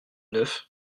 neuf